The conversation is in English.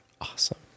Awesome